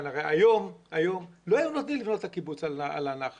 היום לא היו נותנים לבנות את הקיבוץ על הנחל